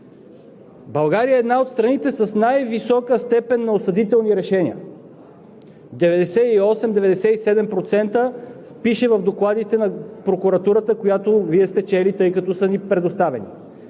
България е една от страните с най-висока степен на осъдителни решения – 97 – 98%, пише в докладите на прокуратурата, които Вие сте чели, тъй като са ни предоставени,